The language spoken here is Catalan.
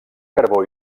carbó